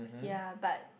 ya but